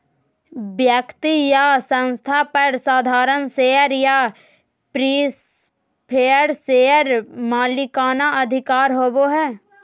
व्यक्ति या संस्था पर साधारण शेयर या प्रिफरेंस शेयर पर मालिकाना अधिकार होबो हइ